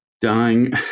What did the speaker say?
Dying